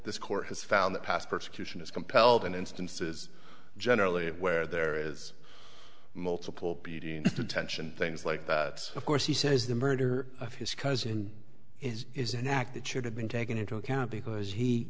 this court has found that past persecution is compelled in instances generally where there is multiple beatings detention things like that of course he says the murder of his cousin is is an act that should have been taken into account because he